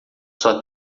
sua